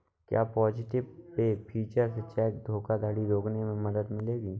क्या positive pay feature से check धोखाधड़ी रोकने में मदद मिलेगी?